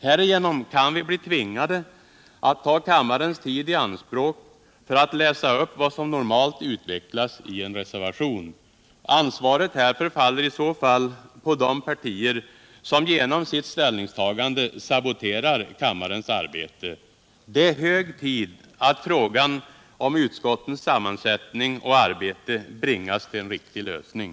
Därigenom kan vi bli tvingade att ta kammarens tid i anspråk för att läsa upp vad som normalt utvecklas i en reservation. Ansvaret härför faller i så fall på de partier som genom sitt ställningstagande saboterar kammarens arbete. Det är hög tid att frågan om utskottens sammansättning och arbete bringas till en riktig lösning.